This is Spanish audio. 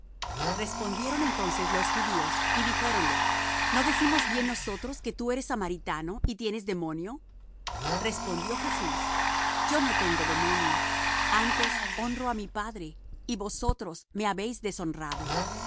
respondieron entonces los judíos y dijéronle no decimos bien nosotros que tú eres samaritano y tienes demonio respondió jesús yo no tengo demonio antes honro á mi padre y vosotros me habéis deshonrado